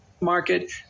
Market